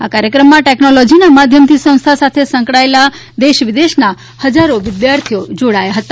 આ કાર્યક્રમમાં ટેકનોલોજીના માધ્યમથી સંસ્થા સાથે સંકળાયેલા દેશ વિદેશના હજારો વિદ્યાર્થીઓ જોડાયા હતા